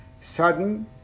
sudden